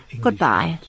goodbye